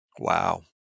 Wow